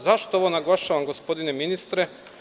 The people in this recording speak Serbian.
Zašto ovo naglašavam, gospodine ministre?